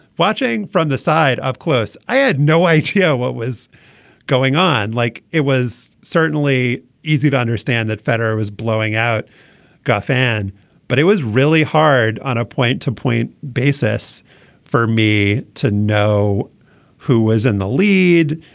watching from the side up close. i had no idea what was going on. like it was certainly easy to understand that federer was blowing out guy fan but it was really hard on a point to point basis for me to know who was in the lead.